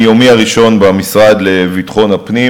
מיומי הראשון במשרד לביטחון הפנים,